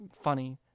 Funny